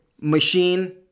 machine